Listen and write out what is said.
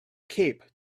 cape